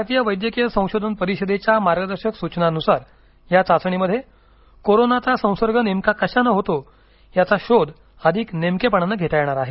भारतीय वैद्यकीय संशोधन परिषदेच्या मार्गदर्शक सूचनांनुसार या चाचणीमध्ये कोरोनाचा संसर्ग नेमका कशानं होतो याचा शोध अधिक नेमकेपणानं घेता येणार आहे